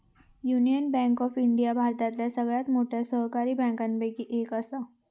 union Bank of India भारतातल्या सगळ्यात मोठ्या सरकारी बँकांपैकी एक असा